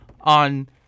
on